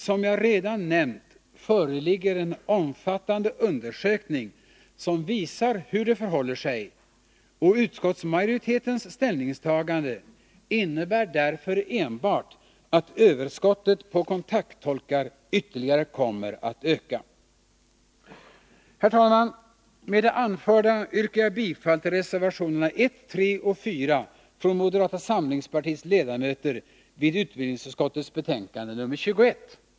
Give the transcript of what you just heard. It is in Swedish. Som jag redan nämnt föreligger en omfattande undersökning, som visar hur det förhåller sig, och utskottsmajoritetens ställningstagande innebär därför enbart att överskottet på kontakttolkar ytterligare kommer att öka. Herr talman! Med det anförda yrkar jag bifall till reservationerna 1,3 och 4 från moderata samlingspartiets ledamöter vid utbildningsutskottets betänkande nr 21.